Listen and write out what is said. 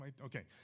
Okay